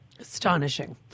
Astonishing